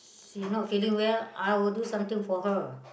she not feeling well I would do something for her